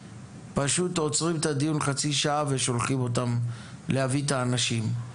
פשוט עוצרים את הדיון חצי שעה ושולחים אותם להביא את האנשים.